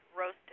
roasted